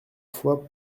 fois